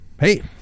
Hey